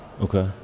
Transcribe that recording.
Okay